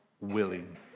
willing